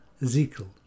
ezekiel